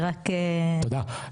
תודה,